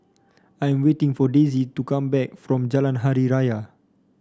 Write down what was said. I'm waiting for Daisie to come back from Jalan Hari Raya